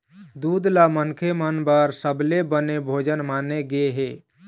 दूद ल मनखे मन बर सबले बने भोजन माने गे हे